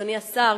אדוני השר,